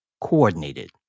coordinated